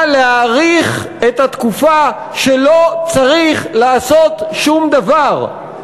להאריך את התקופה שלא צריך לעשות שום דבר,